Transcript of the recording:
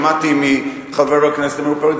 שמעתי מחבר הכנסת עמיר פרץ,